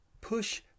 push